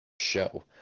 show